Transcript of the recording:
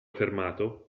fermato